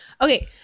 Okay